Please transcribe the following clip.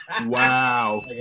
Wow